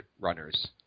runners